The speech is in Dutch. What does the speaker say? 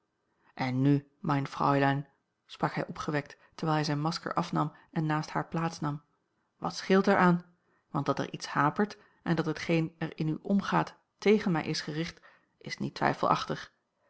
en nu mein fräulein sprak hij opgewekt terwijl hij zijn masker afnam en naast haar plaats nam wat scheelt er aan want dat er iets hapert en dat hetgeen er in u omgaat tegen mij is gericht is niet twijfelachtig